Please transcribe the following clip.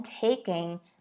taking